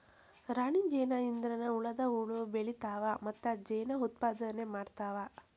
ರಾಣಿ ಜೇನ ಇದ್ರನ ಉಳದ ಹುಳು ಬೆಳಿತಾವ ಮತ್ತ ಜೇನ ಉತ್ಪಾದನೆ ಮಾಡ್ತಾವ